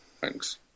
Thanks